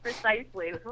Precisely